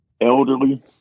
elderly